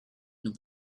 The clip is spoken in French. nous